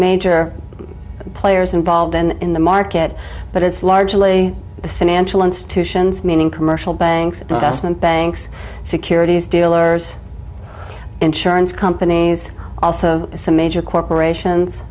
major players involved and in the market but it's largely the financial institutions meaning commercial banks and banks securities dealers insurance companies also some major corporations